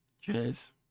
Cheers